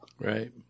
Right